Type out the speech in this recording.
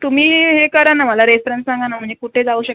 तुम्ही हे करा ना मला रेफ्रन्स सांगा ना म्हणजे कुठे जाऊ शकतो